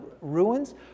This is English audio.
ruins